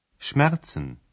Schmerzen